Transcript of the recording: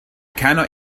cannot